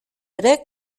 ere